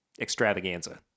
extravaganza